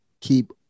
keep